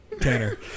Tanner